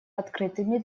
открытыми